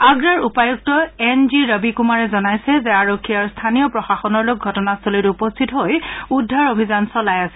আগ্ৰাৰ উপায়ুক্ত N G Rabi কুমাৰে জনাইছে যে আৰক্ষী আৰু স্থানীয় প্ৰশাসনৰ লোক ঘটনাস্থলীত উপস্থিত হৈ উদ্ধাৰ অভিযান চলাই আছে